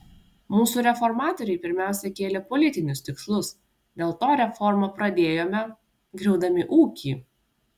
mūsų reformatoriai pirmiausia kėlė politinius tikslus dėl to reformą pradėjome griaudami ūkį